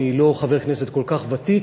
אני לא חבר כנסת כל כך ותיק,